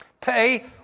Pay